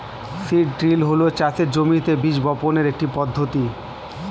seed drill হল চাষের জমিতে বীজ বপনের একটি পদ্ধতি